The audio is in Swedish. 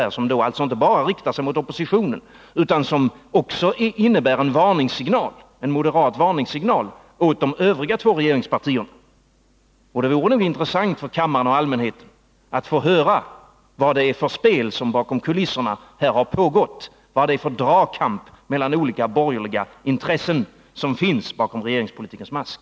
Den riktar sig inte bara mot oppositionen utan den innebär också en moderat varningssignal åt de övriga två regeringspartierna. Det vore intressant för kammaren och allmänheten att få höra vad det är för spel som pågått bakom kulisserna, vad det är för dragkamp mellan olika borgerliga intressen som finns bakom regeringspolitikens mask.